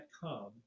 come